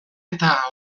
eta